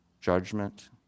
judgment